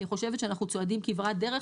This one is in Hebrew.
אני חושבת שאנחנו צועדים כברת דרך,